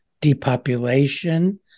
depopulation